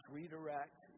redirect